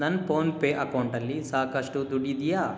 ನನ್ನ PhonePe ಅಕೌಂಟಲ್ಲಿ ಸಾಕಷ್ಟು ದುಡ್ಡಿದೆಯೇ